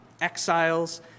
exiles